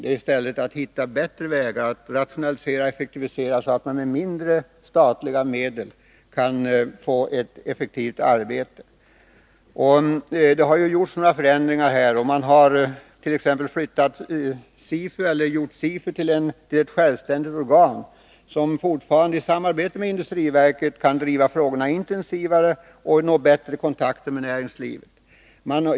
Det är i stället fråga om att hitta bättre vägar, att rationalisera och effektivisera så att man med en mindre andel statliga medel kan få ett effektivt arbete. Det har ju gjorts några förändringar i det här sammanhanget. Man hart.ex. gjort SIFU till ett självständigt organ som, fortfarande i samarbete med industriverket, kan driva frågorna intensivare och nå bättre kontakt med näringslivet.